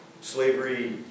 Slavery